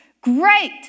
great